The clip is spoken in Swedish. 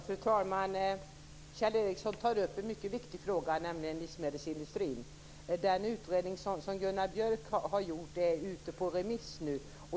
Fru talman! Kjell Ericsson tar upp en mycket viktig fråga, nämligen livsmedelsindustrin. Den utredning som Gunnar Björck har gjort är nu ute på remiss.